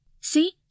See